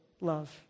love